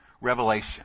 revelation